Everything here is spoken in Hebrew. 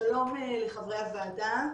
שלום לחברי הוועדה.